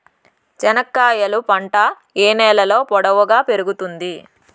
చెనక్కాయలు పంట ఏ నేలలో పొడువుగా పెరుగుతుంది?